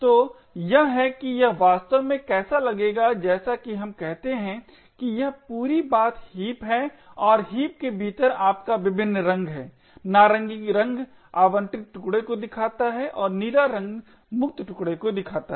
तो यह है कि यह वास्तव में कैसा लगेगा जैसा कि हम कहते है कि यह पूरी बात हीप है और हीप के भीतर आपको विभिन्न रंग हैं नारंगी रंग आवंटित टुकडे को दिखाता है और नीला रंग मुक्त टुकडे दिखाता है